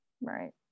right